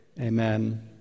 Amen